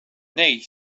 nej